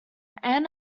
ann